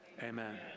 Amen